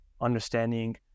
understanding